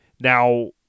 Now